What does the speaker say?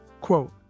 Quote